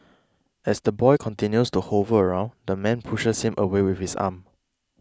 as the boy continues to hover around the man pushes him away with his arm